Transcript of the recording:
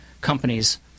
companies